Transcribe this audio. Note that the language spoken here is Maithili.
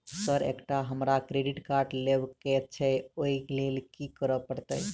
सर एकटा हमरा क्रेडिट कार्ड लेबकै छैय ओई लैल की करऽ परतै?